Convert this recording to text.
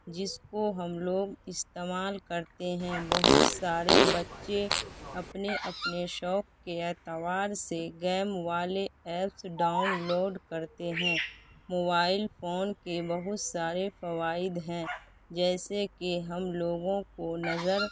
جس کو ہم لوگ استعمال کرتے ہیں بہت سارے بچّے اپنے اپنے شوق کے اعتبار سے گیم والے ایپس ڈاؤن لوڈ کرتے ہیں موبائل فون کے بہت سارے فوائد ہیں جیسے کہ ہم لوگوں کو نظر